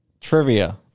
Trivia